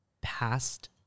past